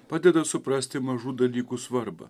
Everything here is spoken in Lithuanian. padeda suprasti mažų dalykų svarbą